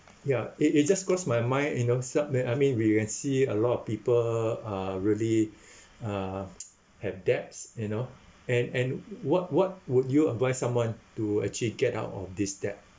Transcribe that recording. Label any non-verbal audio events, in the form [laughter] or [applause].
ya it it just crossed my mind you know except that I mean we can see a lot of people are really [breath] uh [noise] have debts you know and and what what would you advice someone to actually get out of this debt